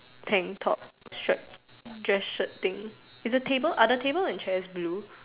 tank top shirt dress shirt thing are the tables and chair blue